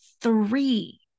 three